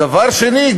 דבר שני,